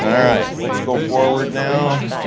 and all right, let's go forward now.